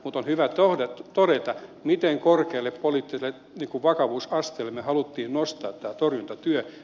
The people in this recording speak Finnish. mutta on hyvä todeta miten korkealle poliittiselle vakavuusasteelle me halusimme nostaa tämän torjuntatyön